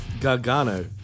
Gargano